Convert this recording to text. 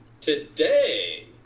today